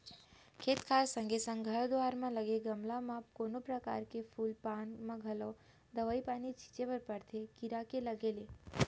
खेत खार संगे संग घर दुवार म लगे गमला म कोनो परकार के फूल पान म घलौ दवई पानी छींचे बर परथे कीरा के लगे ले